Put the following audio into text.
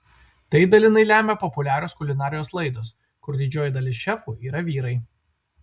tai dalinai lemia populiarios kulinarijos laidos kur didžioji dalis šefų yra vyrai